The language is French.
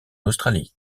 australie